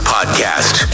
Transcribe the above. Podcast